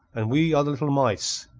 and we are the little mice.